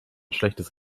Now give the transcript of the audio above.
schlechtes